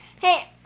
hey